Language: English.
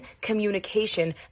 communication